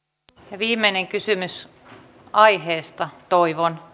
ja viimeinen kysymys aiheesta toivon